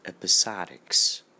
episodics